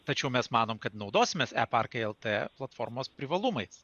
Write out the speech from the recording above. tačiau mes manom kad naudosimės e parkai lt platformos privalumais